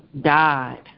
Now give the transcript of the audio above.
died